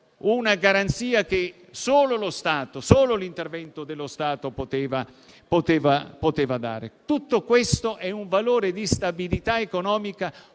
una garanzia che solo l'intervento dello Stato poteva dare. Tutto ciò è un valore di stabilità economica